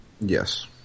Yes